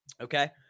Okay